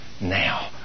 now